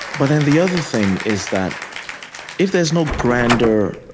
but then, the other thing is that if there's no grander,